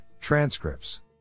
transcripts